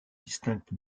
distincte